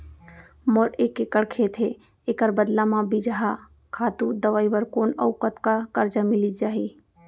मोर एक एक्कड़ खेत हे, एखर बदला म बीजहा, खातू, दवई बर कोन अऊ कतका करजा मिलिस जाही?